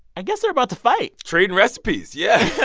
i guess they're about to fight trade recipes, yeah